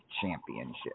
Championship